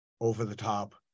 over-the-top